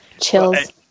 Chills